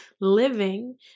living